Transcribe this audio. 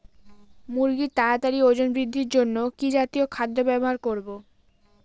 মুরগীর তাড়াতাড়ি ওজন বৃদ্ধির জন্য কি জাতীয় খাদ্য ব্যবহার করব?